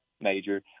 major